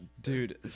dude